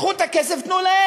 קחו את הכסף, תנו להם.